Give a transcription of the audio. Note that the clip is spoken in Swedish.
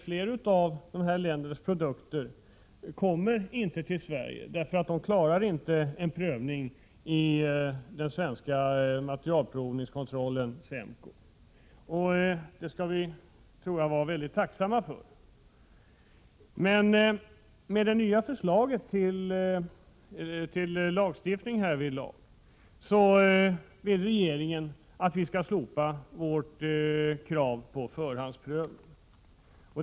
Flera av de här ländernas produkter kommer inte till Sverige därför att de inte klarar provningen på Svenska Elektriska Materielkontrollanstalten, SEMKO. Det tror jag att vi skall vara tacksamma för. Det nya förslaget till lagstiftning innebär att regeringen vill att vi skall slopa vårt krav på förhandsprovning.